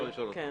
כן,